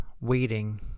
waiting